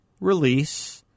release